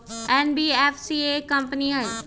NBFC एक company हई?